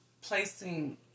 Placing